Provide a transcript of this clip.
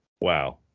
Wow